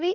V